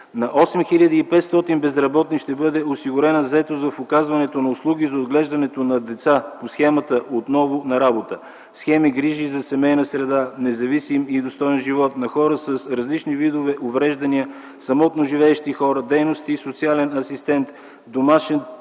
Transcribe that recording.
На 8500 безработни ще бъде осигурена заетост в оказване на услуги за отглеждането на деца по схемата „Отново на работа”, схеми „Грижа за семейна среда за независим и достоен живот на хора с различни видове увреждания и самотно живеещи хора – дейности „социален асистент”, „домашен